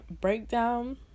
breakdown